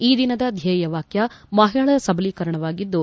ಈ ದಿನದ ಧ್ಯೇಯ ವಾಕ್ಯ ಮಹಿಳಾ ಸಬಲೀಕರಣವಾಗಿದ್ದು